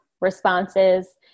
responses